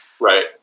right